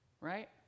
right